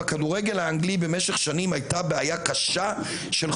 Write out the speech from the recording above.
בכדורגל האנגלי במשך שנים היתה בעיה קשה של חוליגנים.